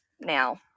now